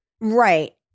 Right